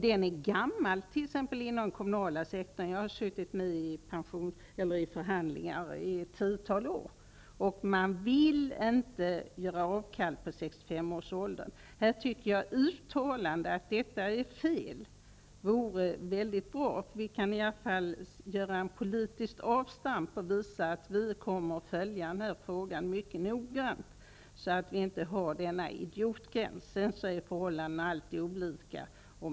Den är gammal inom t.ex. den kommunala sektorn. Jag har suttit med i förhandlingar i ett tiotal år. Man vill inte göra avkall på 65-årsåldern. Jag tycker att ett uttalande om att detta är fel vore mycket bra. Vi kan då göra en politisk avstamp och visa att vi kommer att följa den här frågan mycket noggrant. Vi bör inte ha denna idiotgräns. Sedan är ju förhållandena alltid olika.